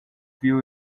view